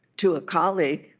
to a colleague